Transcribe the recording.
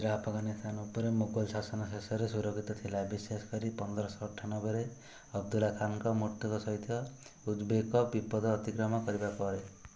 ଆଜିର ଆଫଗାନିସ୍ତାନ ଉପରେ ମୋଗଲ ଶାସନ ଶେଷରେ ସୁରକ୍ଷିତ ଥିଲା ବିଶେଷ କରି ପନ୍ଦରଶହ ଅଠାନବେରେ ଅବଦୁଲ୍ଲା ଖାନଙ୍କ ମୃତ୍ୟୁ ସହିତ ଉଜବେକ ବିପଦ ଅତିକ୍ରମ କରିବା ପରେ